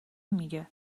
میگه